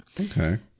okay